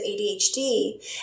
ADHD